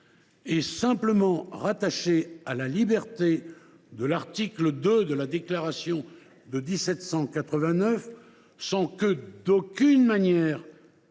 est simplement rattachée à la liberté de l’article 2 de la Déclaration de 1789, sans qu’elle soit d’aucune manière